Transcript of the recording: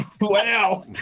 Wow